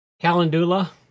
calendula